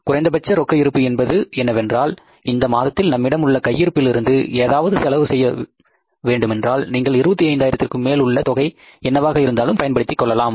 குறைந்தபட்ச ரொக்க இருப்பு என்பது என்னவென்றால் இந்த மாதத்தில் நம்மிடமுள்ள கையிருப்பில் இருந்து ஏதாவது செலவு செய்ய வேண்டுமென்றால் நீங்கள் 25 ஆயிரத்திற்கு மேல் உள்ள தொகை என்னவாக இருந்தாலும் பயன்படுத்திக் கொள்ளலாம்